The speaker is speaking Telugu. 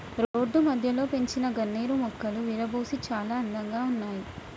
రోడ్డు మధ్యలో పెంచిన గన్నేరు మొక్కలు విరగబూసి చాలా అందంగా ఉన్నాయి